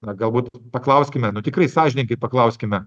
na galbūt paklauskime tikrai sąžiningai paklauskime